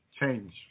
change